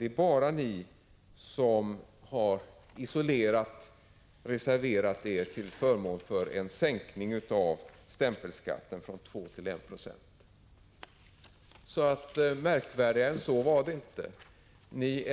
Det är bara ni som har reserverat er till förmån för en sänkning av stämpelskatten från 2 90 till 1 90. Märkvärdigare än så var det inte. Det